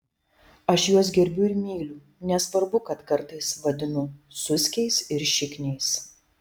aš juos gerbiu ir myliu nesvarbu kad kartais vadinu suskiais ir šikniais